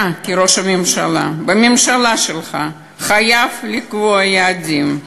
אתה, כראש הממשלה, בממשלה שלך, חייב לקבוע יעדים,